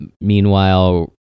Meanwhile